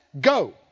Go